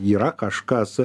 yra kažkas